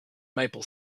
maple